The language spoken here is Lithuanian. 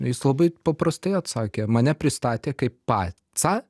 jis labai paprastai atsakė mane pristatė kaip pacą